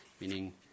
meaning